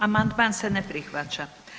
Amandman se ne prihvaća.